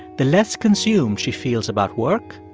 the less consumed she feels about work,